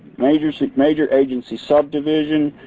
major so major agency subdivision,